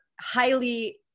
highly